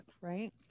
right